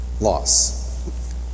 loss